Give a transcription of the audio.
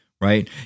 Right